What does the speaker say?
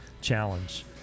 challenge